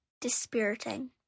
dispiriting